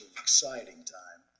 exciting time